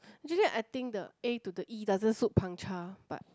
actually I think the A to the E doesn't suit Pang-Cha but